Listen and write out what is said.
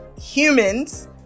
humans